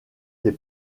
des